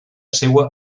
seua